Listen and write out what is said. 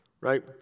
right